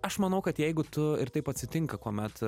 aš manau kad jeigu tu ir taip atsitinka kuomet